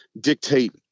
dictate